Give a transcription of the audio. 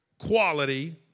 quality